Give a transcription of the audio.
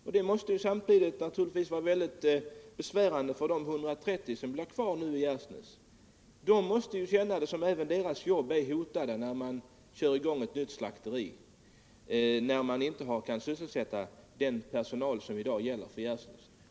Samtidigt måste det naturligtvis vara väldigt besvärande för de 130 som blir kvar i Gärsnäs. De måste ju känna det som om även deras jobb är hotade när ett nytt slakteri körs i gång, fastän man inte kan sysselsätta den personal som i dag finns i Gärsnäs.